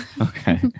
Okay